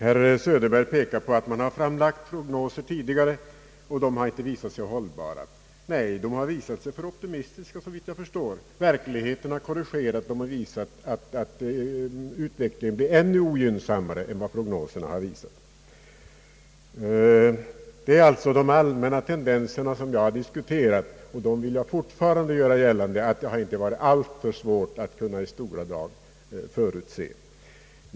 Herr Söderberg pekar på att man tidigare lagt fram prognoser som inte visat sig hållbara. Nej, såvitt jag förstår har de visat sig vara för optimistiska — verkligheten har korrigerat dem, utvecklingen har blivit ännu ogynnsammare än prognoserna förutsett. Det är som sagt de allmänna tendenserna jag har diskuterat, och jag vill alltjämt hävda att det inte varit alltför svårt att i stora drag förutse dem.